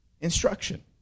instruction